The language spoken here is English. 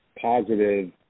positive